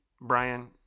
Brian